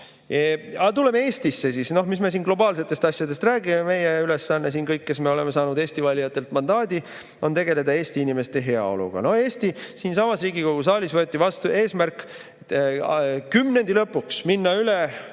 Aga tuleme Eestisse. Mis me siin globaalsetest asjadest räägime, kui meie ülesanne siin kõigil, kes me oleme saanud valijatelt mandaadi, on tegeleda Eesti inimeste heaoluga. Siinsamas Riigikogu saalis võeti vastu eesmärk kümnendi lõpuks saavutada